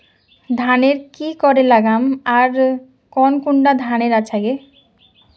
धानेर की करे लगाम ओर कौन कुंडा धानेर अच्छा गे?